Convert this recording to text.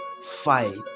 fight